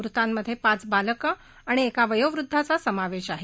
मृतांमध्ये पाच बालकं आणि एका वयोवुद्धाचा समावेश आहे